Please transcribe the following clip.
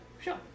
Sure